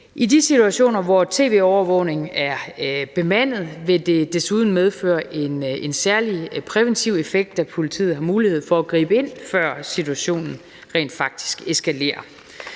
I de situationer, hvor tv-overvågning er bemandet, vil det desuden medføre en særlig præventiv effekt, da politiet har mulighed for at gribe ind, før situationen rent faktisk eskalerer.